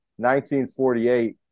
1948